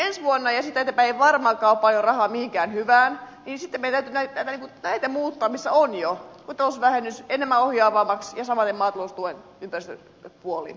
kun ensi vuonna ja siitä eteenpäin ei ole varmaankaan paljon rahaa mihinkään hyvään niin sitten meidän täytyy näitä muuttaa missä on jo kuten kotitalousvähennys enemmän ohjaavammaksi ja samaten maataloustuen ympäristöpuoli